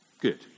Good